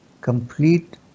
complete